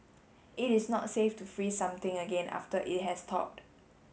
it is not safe to freeze something again after it has thawed